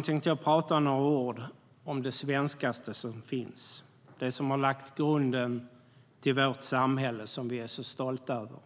Nu tänkte jag prata några ord om det svenskaste som finns, det som har lagt grunden till vårt välfärdssamhälle som vi är så stolta över.